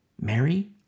Mary